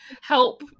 help